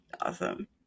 Awesome